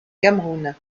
cameroun